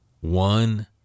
one